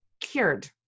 cured